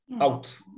out